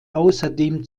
außerdem